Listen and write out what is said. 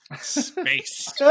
space